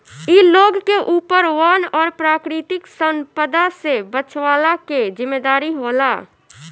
इ लोग के ऊपर वन और प्राकृतिक संपदा से बचवला के जिम्मेदारी होला